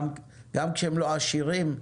גם כשהם לא עשירים,